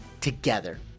together